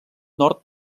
nord